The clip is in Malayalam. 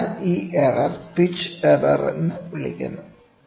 അതിനാൽ ഈ എറർ പിച്ച് എറർ എന്ന് വിളിക്കുന്നു